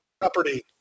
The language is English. property